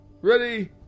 Ready